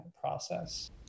process